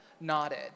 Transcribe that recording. nodded